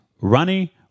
runny